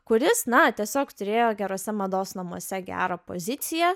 kuris na tiesiog turėjo geruose mados namuose gerą poziciją